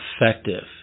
effective